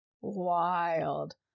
wild